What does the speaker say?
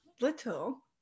little